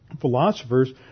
philosophers